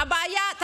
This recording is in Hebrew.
בוודאי, בדיוק.